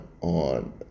on